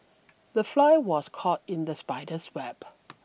the fly was caught in the spider's web